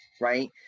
right